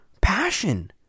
passion